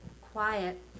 quiet